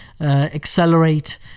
accelerate